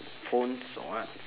phones or what's